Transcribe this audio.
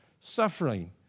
suffering